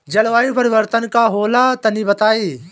जलवायु परिवर्तन का होला तनी बताई?